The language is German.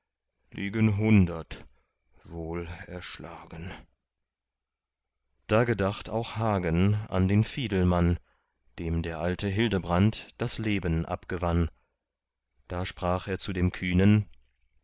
liegen hundert wohl erschlagen da gedacht auch hagen an den fiedelmann dem der alte hildebrand das leben abgewann da sprach er zu dem kühnen